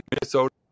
Minnesota